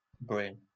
Brain